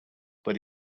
but